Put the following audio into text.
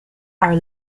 are